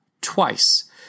twice